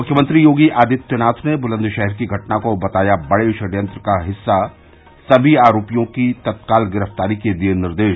मुख्यमंत्री योगी आदित्यनाथ ने बुलन्दशहर की घटना को बताया बड़े षड्यंत्र का हिस्सा सभी आरोपियों के तत्काल गिरफ्तारी के दिये निर्देश